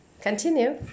Continue